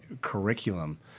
curriculum